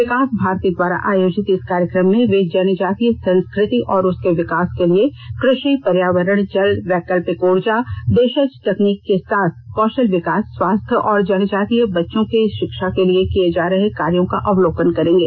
विकास भारती द्वारा अयोजित इस कार्यक्रम में वे जनजातीय संस्कृति और उसके विकास के लिए कृषि पर्यावरण जल वैकल्पिक उर्जा देषज तकनीक के साथ कौषल विकास स्वास्थ्य और जनजातीय बच्चों के षिक्षा के लिए किये जा रहे कार्यों का अवलोकन करेंगे